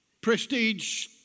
prestige